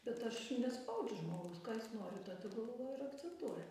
bet aš nespaudžiu žmogaus ką jis nori tą tegul va ir akcentuoja